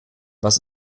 was